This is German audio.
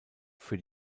für